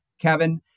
Kevin